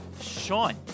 Sean